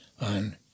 on